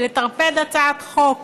ולטרפד הצעת חוק